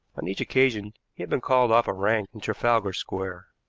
on each occasion he had been called off a rank in trafalgar square.